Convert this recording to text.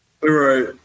Right